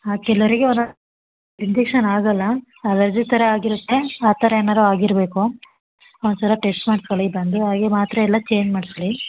ಹಾಂ ಕೆಲವರಿಗೆ ಒಂದೊಂದು ಇಂಜೆಕ್ಷನ್ ಆಗೋಲ್ಲ ಅಲರ್ಜಿ ಥರ ಆಗಿರುತ್ತೆ ಆ ಥರ ಏನಾದರೂ ಆಗಿರಬೇಕು ಒಂದು ಸಲ ಟೆಸ್ಟ್ ಮಾಡಿಸ್ಕೊಳ್ಳಿ ಬಂದು ಹಾಗೆಯೇ ಮಾತ್ರೆ ಎಲ್ಲ ಚೇಂಜ್ ಮಾಡಿಸಿ